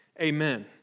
Amen